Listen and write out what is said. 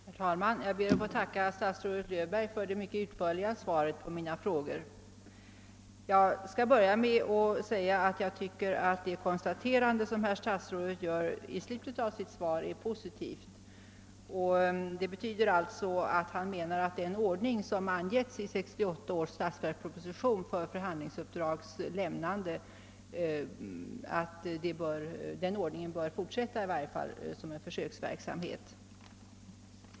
Herr talman! Jag ber att få tacka statsrådet Löfberg för det mycket utför liga svaret på mina frågor. Jag tycker att det konstaterande herr statsrådet gjorde i slutet av sitt svar är positivt, eftersom det betyder att han menar att den ordning för förhandlingsuppdrags överlämnande som angivits i 1968 års statsverksproposition bör fortsätta, i varje fall som en försöksverksamhet.